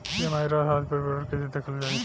EMI राशि आदि पर विवरण कैसे देखल जाइ?